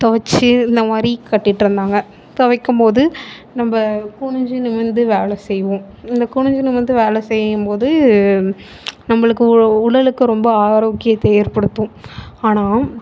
தொவைச்சி இந்தமாதிரி கட்டிட்டு இருந்தாங்க துவைக்கும் போது நம்ம குனிஞ்சு நிமிர்ந்து வேலை செய்வோம் இந்த குனிஞ்சு நிமிர்ந்து வேலை செய்யும் போது நம்மளுக்கு உடலுக்கு ரொம்ப ஆரோக்கியத்தை ஏற்படுத்தும் ஆனால்